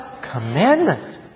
commandment